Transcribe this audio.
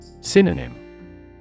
Synonym